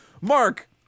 Mark